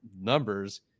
numbers